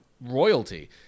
royalty